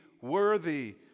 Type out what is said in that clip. worthy